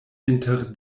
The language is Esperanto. inter